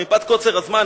אבל מפאת קוצר הזמן,